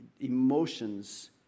emotions